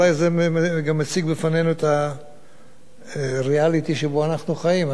אולי זה גם מציג בפנינו את הריאליטי שבו אנחנו חיים.